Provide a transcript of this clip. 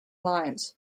lines